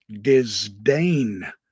disdain